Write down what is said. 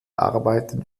arbeiten